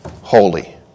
holy